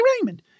Raymond